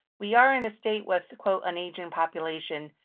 we are in a state with the quote an aging population,